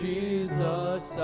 Jesus